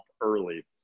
early